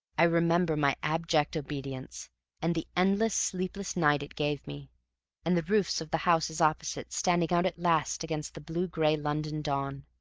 i remember my abject obedience and the endless, sleepless night it gave me and the roofs of the houses opposite standing out at last against the blue-gray london dawn.